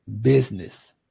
business